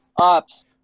Ops